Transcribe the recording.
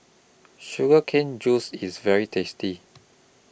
Sugar Cane Juice IS very tasty